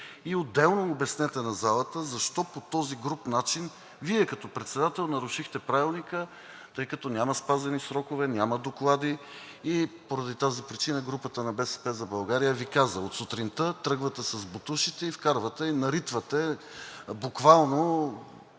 Отделно обяснете на залата: защо по този груб начин Вие като председател нарушихте Правилника, тъй като няма спазени срокове, няма доклади? Поради тази причина групата на „БСП за България“ Ви каза, че от сутринта тръгвате с ботушите и наритвате, буквално,